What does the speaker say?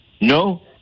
No